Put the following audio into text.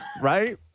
Right